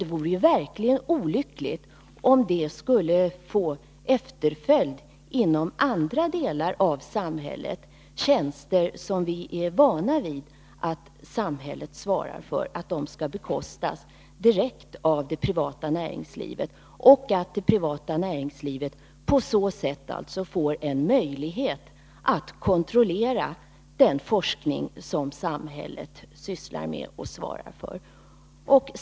Det vore verkligen olyckligt om detta skulle få den följden inom andra delar av samhället att tjänster, som vi är vana att samhället svarar för, skall bekostas direkt av det privata näringslivet och att det privata näringslivet på så sätt får en möjlighet att kontrollera den forskning som bedrivs i samhällets regi.